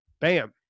bam